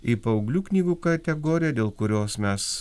į paauglių knygų kategoriją dėl kurios mes